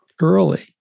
early